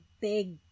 big